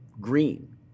green